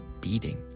beating